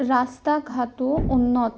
ৰাস্তা ঘাটো উন্নত